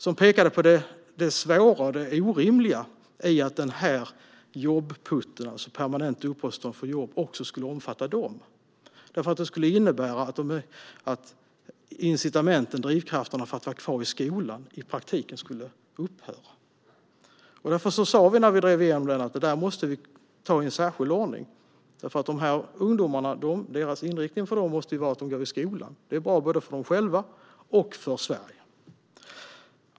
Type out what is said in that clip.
De pekade på det svåra och det orimliga i att jobb-PUT, alltså permanent uppehållstillstånd, också skulle omfatta ungdomar. Det skulle innebära att incitamenten och drivkrafterna för att vara kvar i skolan i praktiken skulle upphöra. Därför sa vi när vi drev igenom detta att vi måste ta det där i en särskild ordning. Inriktningen för ungdomarna måste vara att de går i skolan. Det är bra både för dem själva och för Sverige.